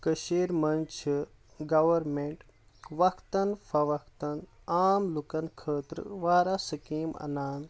کٔشیرِ منٛز چھِ گورمینٹ وقتَن فٕوقتَن آم لُکن خٲطرٕ واریاہ سکیٖم انان